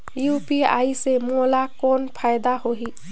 UPI से मोला कौन फायदा होही?